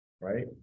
right